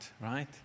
right